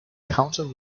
counter